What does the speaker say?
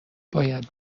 باید